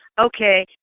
okay